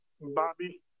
Bobby